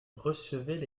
recevaient